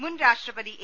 മുൻ രാഷ്ട്രപതി എ